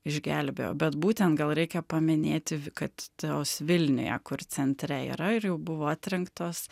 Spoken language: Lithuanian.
išgelbėjo bet būtent gal reikia paminėti kad tos vilniuje kur centre yra ir jau buvo atrinktos